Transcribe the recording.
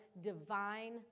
divine